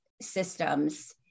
systems